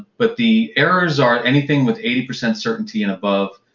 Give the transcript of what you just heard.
but the errors are anything with eighty percent certainty and above,